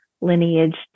lineage